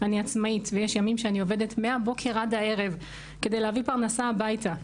אני עצמאית ויש ימים שאני עובדת מהבוקר עד הערב כדי להביא פרנסה הביתה.